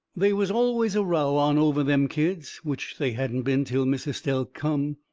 they was always a row on over them kids, which they hadn't been till miss estelle come.